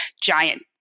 giant